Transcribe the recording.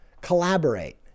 collaborate